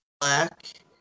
black